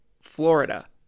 Florida